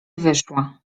wyszła